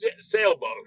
sailboat